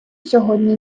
сьогодні